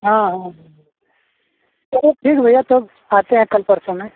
हाँ हाँ हाँ चलो ठीक है भैया तब आते हैं कल परसों में